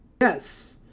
yes